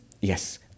yes